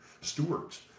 stewards